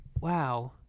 wow